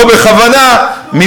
לא בכוונה, אנחנו?